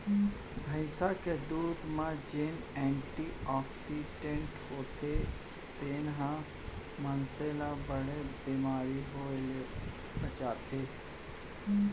भईंस के दूद म जेन एंटी आक्सीडेंट्स होथे तेन ह मनसे ल बड़े बेमारी होय ले बचाथे